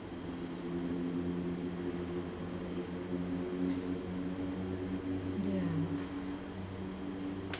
ya